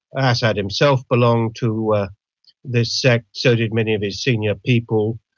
assad himself belonged to this sect, so did many of his senior people,